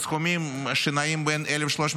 בסכומים הנעים בין 1,350